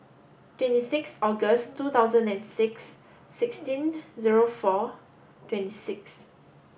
twenty six August two thousand and six sixteen zero four twenty six